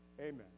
Amen